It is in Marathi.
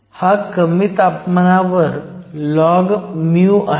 हा कमी तापमानावर लॉग μ आहे